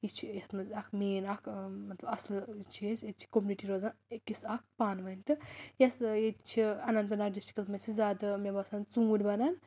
یہِ چھِ یَتھ منٛز اَکھ مین اَکھ مطلب اَصٕل یہِ چھِ أسۍ چھِ کوٚمنِٹی روزان أکِس اَکھ پانہٕ ؤنۍ تہٕ یۄس ییٚتہِ چھِ اننت ناگ ڈِسٹرکَس منٛز چھِ زیادٕ مےٚ باسان ژوٗنٛٹۍ بَنان